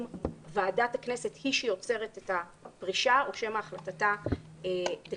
ועדת הכנסת היא שיוצרת את הפרישה או שמא החלטתה דקלרטיבית.